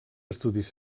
estudis